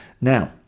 now